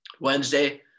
wednesday